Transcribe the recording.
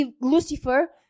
Lucifer